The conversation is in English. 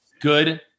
Good